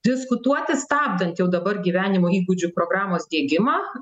diskutuoti stabdant jau dabar gyvenimo įgūdžių programos diegimą